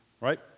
right